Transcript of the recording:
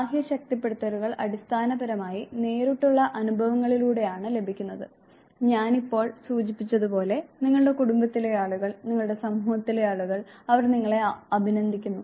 ബാഹ്യ ശക്തിപ്പെടുത്തലുകൾ അടിസ്ഥാനപരമായി നേരിട്ടുള്ള അനുഭവങ്ങളിലൂടെയാണ് ലഭിക്കുന്നത് ഞാൻ ഇപ്പോൾ സൂചിപ്പിച്ചതുപോലെ നിങ്ങളുടെ കുടുംബത്തിലെ ആളുകൾ നിങ്ങളുടെ സമൂഹത്തിലെ ആളുകൾ അവർ നിങ്ങളെ അഭിനന്ദിക്കുന്നു